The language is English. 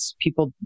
people